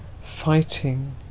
fighting